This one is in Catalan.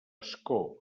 ascó